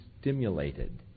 stimulated